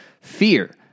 fear